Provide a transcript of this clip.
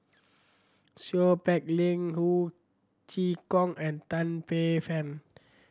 Seow Peck Leng Ho Chee Kong and Tan Paey Fern